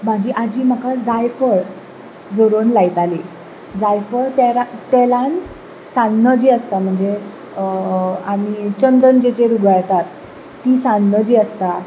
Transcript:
म्हाजी आजी म्हाका जायफळ झरोवन लायताली जायफळ तेला तेलान साण्ण जी आसता म्हणजे आमी चंदन जेचेर उगाळटात ती साण्ण जी आसता